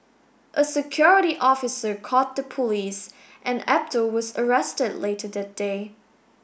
a security officer called the police and Abdul was arrested later that day